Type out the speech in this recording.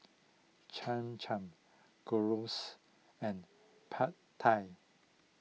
Cham Cham Gyros and Pad Thai